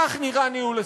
כך נראה ניהול הסכסוך.